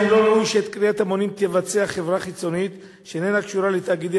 האם לא ראוי שאת קריאת המונים תבצע חברה חיצונית שאיננה קשורה לתאגידי